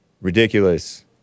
ridiculous